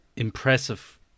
impressive